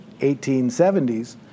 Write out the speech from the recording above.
1870s